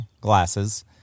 glasses